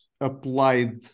applied